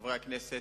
חברי הכנסת,